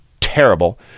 terrible